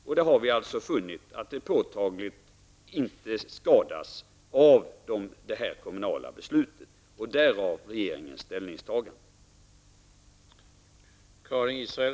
Vi har alltså i regeringen funnit att det inte påtagligt skadas av det kommunala beslutet.